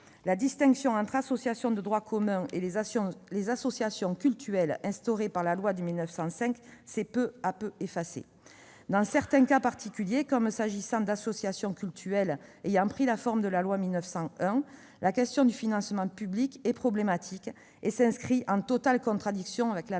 la distinction entre les associations de droit commun et les associations cultuelles instaurées par loi de 1905 s'est peu à peu effacée. Dans certains cas particuliers, comme celui d'associations cultuelles ayant pris la forme de la loi de 1901, la question du financement public est problématique, ce financement étant en totale contradiction avec la loi de 1905.